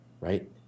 right